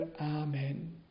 amen